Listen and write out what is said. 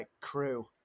crew